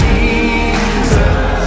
Jesus